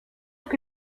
que